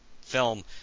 film